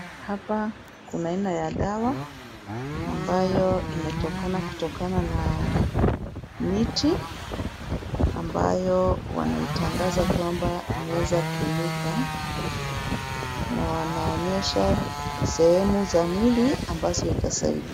Hapa kuna aina ya dawa ambayo imetokana kutokana na miti ambayo wanaitangaza kwamba inaweza tumika na wanaonyesha sehemu za mwili ambazo itasaidia.